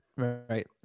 Right